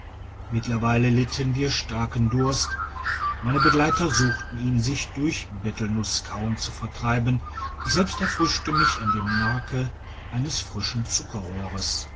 mittlerweile litten wir starken durst meine begleiter suchten ihn sich durch betelnusskauen zu vertreiben ich selbst erfrischte mich an dem marke eines frischen